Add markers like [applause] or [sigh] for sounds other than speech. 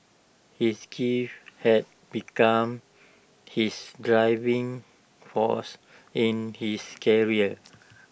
his [unintelligible] had begun his driving force in his career